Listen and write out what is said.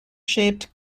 shaped